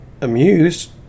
amused